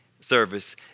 service